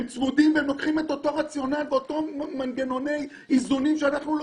הם לוקחים את אותו רציונל ואת אותו מנגנון איזון שאנחנו לוקחים.